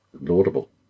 laudable